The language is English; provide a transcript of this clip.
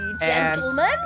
Gentlemen